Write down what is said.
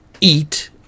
EAT